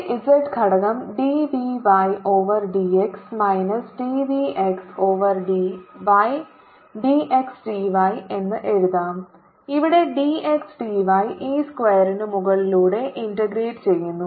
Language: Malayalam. dSzdxdy ഇതിന്റെ Z ഘടകം d v y over d x minus d v x over d y d x d y എന്ന് എഴുതാം ഇവിടെ d x d y ഈ സ്ക്വയറിനു മുകളിലൂടെ ഇന്റഗ്രേറ്റ് ചെയ്യുന്നു